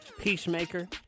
Peacemaker